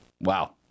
wow